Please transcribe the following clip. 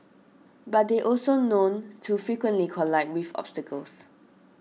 but they also known to frequently collide with obstacles